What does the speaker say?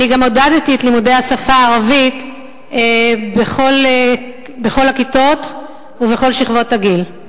אני גם עודדתי את לימודי השפה הערבית בכל הכיתות ובכל שכבות הגיל?